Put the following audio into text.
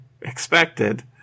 expected